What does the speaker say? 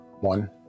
One